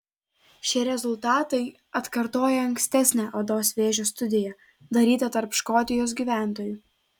šie rezultatai atkartoja ankstesnę odos vėžio studiją darytą tarp škotijos gyventojų